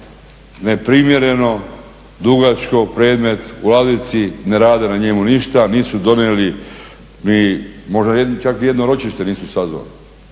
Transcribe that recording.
neprimjereno, dugačko predmet u ladici, ne rade na njemu ništa, nisu donijeli ni, možda čak ni jedno ročište nisu sazvali,